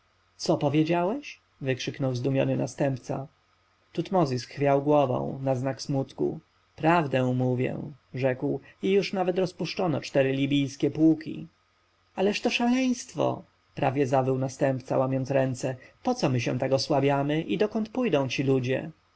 co powiedziałeś wykrzyknął zdumiony następca tutmozis chwiał głową na znak smutku prawdę mówię rzekł i już nawet rozpuszczono cztery libijskie pułki ależ to szaleństwo prawie zawył następca łamiąc ręce poco my się tak osłabiamy i dokąd pójdą ci ludzie